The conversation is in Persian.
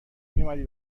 میومدی